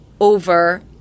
over